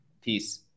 Peace